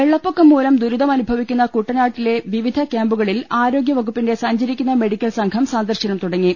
വെള്ളപ്പൊക്കം മൂലം ദുരിതമനുഭവിക്കുന്ന കുട്ടനാട്ടിലെ വിവിധ ക്യാമ്പുകളിൽ ആരോഗ്യ വകുപ്പിന്റെ സഞ്ചരിക്കുന്ന മെഡി ക്കൽ സംഘം സന്ദർശനം തുടങ്ങി